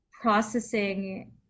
processing